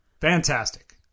Fantastic